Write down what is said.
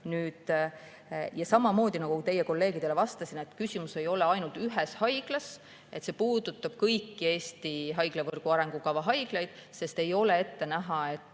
Ja samamoodi, nagu ma teie kolleegidele vastates ütlesin, ütlen veel kord: küsimus ei ole ainult ühes haiglas, see puudutab kõiki Eesti haiglavõrgu arengukava haiglaid, sest ei ole ette näha, et